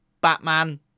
Batman